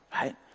right